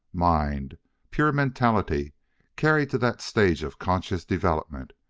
mind pure mentality carried to that stage of conscious development,